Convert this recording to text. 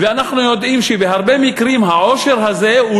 ואנחנו יודעים שבהרבה מקרים העושר הזה הוא